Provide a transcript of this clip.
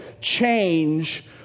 change